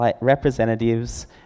representatives